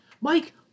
Mike